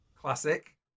classic